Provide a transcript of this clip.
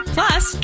Plus